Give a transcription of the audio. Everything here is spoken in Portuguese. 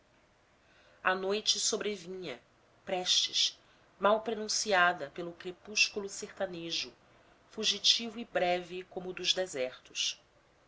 a noite sobrevinha prestes mal prenunciada pelo crepúsculo sertanejo fugitivo e breve como o dos desertos